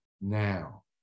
now